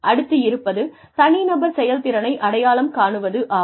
அடுத்து இருப்பது தனிநபர் செயல்திறனை அடையாளம் காணுவது ஆகும்